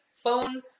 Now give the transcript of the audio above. phone